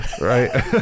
right